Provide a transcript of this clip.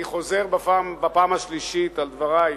אני חוזר בפעם השלישית על דברי.